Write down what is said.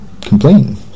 complain